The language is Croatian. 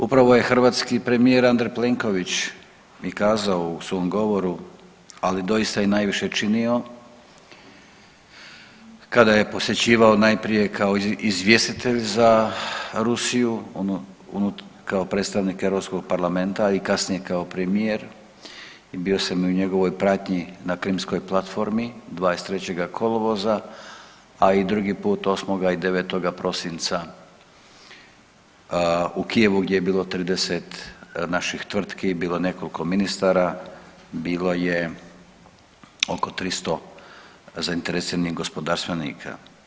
Upravo je hrvatski premijer Andrej Plenković i kazao u svom govoru, ali doista i najviše činio, kada je posjećivao, najprije kao izvjestitelj za Rusiju, onu kao predstavnik EU parlamenta i kasnije kao premijer, i bio sam i u njegovoj pratnji na Krimskoj platformi 23. kolovoza, a i drugi put 8. i 9. prosinca u Kijevu gdje je bilo 30 naših tvrtki, bilo je nekoliko ministara, bilo je oko 300 zainteresiranih gospodarstvenika.